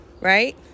right